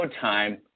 time